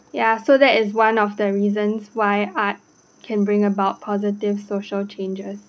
ya so that is one of the reasons why art can bring about positive social changes